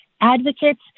advocates